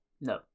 No